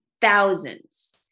thousands